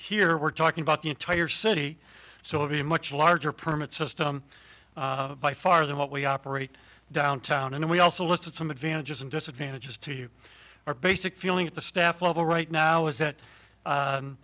here we're talking about the entire city so will be a much larger permit system by far than what we operate downtown and we also listed some advantages and disadvantages to you our basic feeling at the staff level right now is that